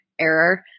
error